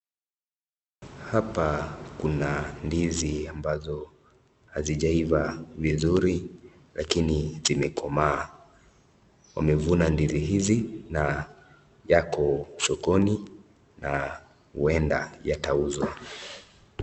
Hapa kuna ndizi ambazo hazijaiva vizuri lakini zimekomaa. Wamevuna ndizi hizi na yako sokoni na huenda yatauzwa.